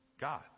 God